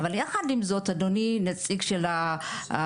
אבל יחד עם זאת, אדוני, נציג של רפאל.